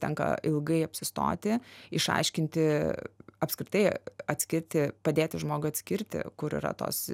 tenka ilgai apsistoti išaiškinti apskritai atskirti padėti žmogui atskirti kur yra tos